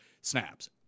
snaps